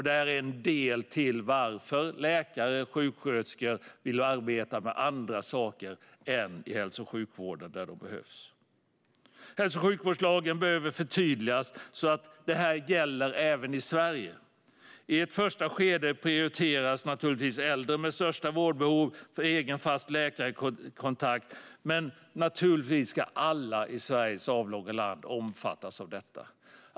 Detta är en del i varför läkare och sjuksköterskor vill arbeta med andra saker än i hälso och sjukvården, där de behövs. Hälso och sjukvårdslagen behöver förtydligas så att detta gäller även i Sverige. I ett första skede prioriteras äldre med de största vårdbehoven för egen, fast läkarkontakt, men naturligtvis ska alla i Sveriges avlånga land omfattas av detta.